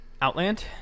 outland